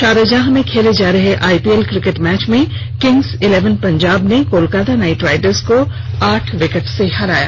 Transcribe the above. Sharjah में खेले जा रहे आईपीएल किकेट मैच में किंग्स इलेवन पंजाब ने कोलकाता नाइट राइडर्स को आठ विकेट से हराया